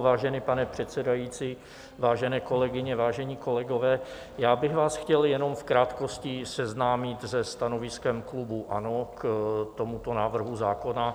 Vážený pane předsedající, vážené kolegyně, vážení kolegové, já bych vás chtěl jenom v krátkosti seznámit se stanoviskem klubu ANO k tomuto návrhu zákona.